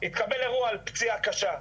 התקבל אירוע על פציעה קשה,